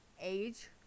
age